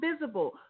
visible